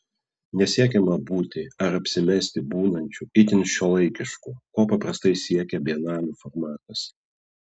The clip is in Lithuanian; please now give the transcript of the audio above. nesiekiama būti ar apsimesti būnančiu itin šiuolaikišku ko paprastai siekia bienalių formatas